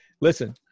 Listen